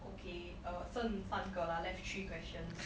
okay uh 剩三个啦 left three questions